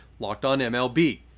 LockedOnMLB